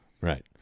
Right